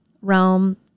realm